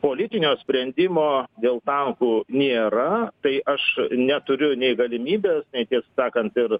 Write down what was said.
politinio sprendimo dėl tankų nėra tai aš neturiu nei galimybės nei tiesą sakant ir